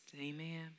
Amen